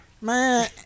Man